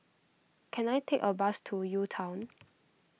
can I take a bus to UTown